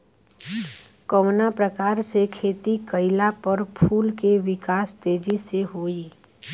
कवना प्रकार से खेती कइला पर फूल के विकास तेजी से होयी?